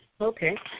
Okay